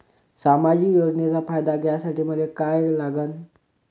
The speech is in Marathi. सामाजिक योजनेचा फायदा घ्यासाठी मले काय लागन?